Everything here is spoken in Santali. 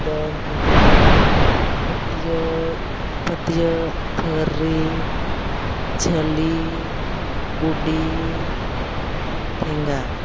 ᱫᱚᱧ ᱤᱫᱤᱭᱟ ᱯᱷᱟᱹᱛᱤᱭᱟᱹᱜ ᱯᱷᱟᱹᱛᱤᱭᱟᱹᱜ ᱛᱷᱟᱹᱨᱤ ᱡᱷᱟᱹᱞᱤ ᱠᱩᱰᱤ ᱴᱷᱮᱸᱜᱟ